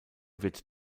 wird